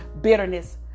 bitterness